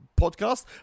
podcast